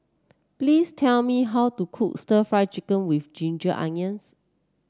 please tell me how to cook Stir Fried Chicken with Ginger Onions